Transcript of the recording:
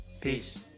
Peace